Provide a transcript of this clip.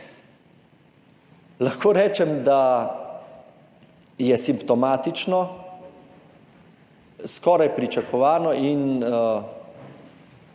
Lahko rečem, da je simptomatično, skoraj pričakovano in